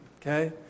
okay